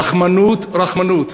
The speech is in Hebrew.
רחמנות, רחמנות.